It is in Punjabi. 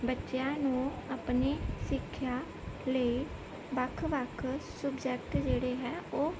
ਬੱਚਿਆਂ ਨੂੰ ਆਪਣੇ ਸਿੱਖਿਆ ਲਈ ਵੱਖ ਵੱਖ ਸਬਜੈਕਟ ਜਿਹੜੇ ਹੈ ਉਹ